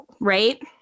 right